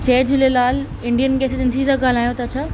जय Jhulelal Indane gas जी agency तां ॻाल्हायो था छा